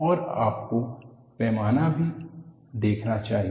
और आपको पैमाना भी देखना चाहिए